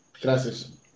Gracias